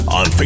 on